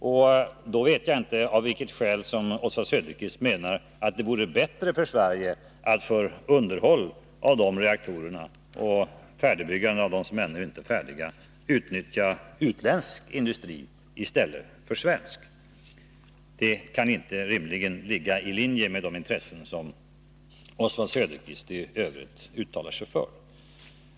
Jag vet inte av vilket skäl som Oswald Söderqvist menar att det vore bättre för Sverige att för underhåll av de reaktorerna och för färdigbyggande av dem som ännu inte är färdiga utnyttja utländsk industri i stället för svensk. Det kan inte rimligen ligga i linje med de intressen som Oswald Söderqvist i övrigt uttalar sig för.